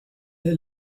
est